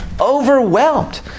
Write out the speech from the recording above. overwhelmed